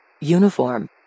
Uniform